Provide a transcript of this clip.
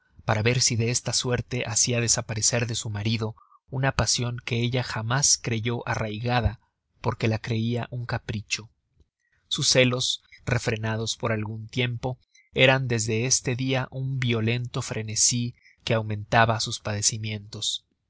para ver si de esta suerte hacia desaparecer de su marido una pasion que ella jamás creyó arraigada porque la creia un capricho sus celos refrenados por algun tiempo eran desde este dia un violento frenesí que aumentaba sus padecimientos